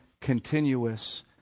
continuous